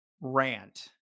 rant